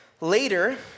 Later